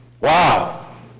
Wow